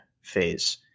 phase